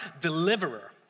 deliverer